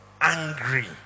angry